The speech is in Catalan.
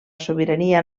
sobirania